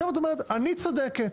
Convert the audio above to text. את אומרת: אני צודקת,